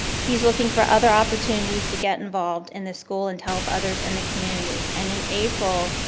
he's looking for other opportunities to get involved in the school, and help others in the community. and in april,